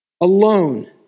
alone